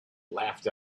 laughed